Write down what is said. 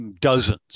dozens